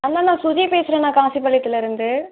அண்ணா நான் ஸ்ருதி பேசுறே அண்ணா காசிப்பாளையத்துலருந்து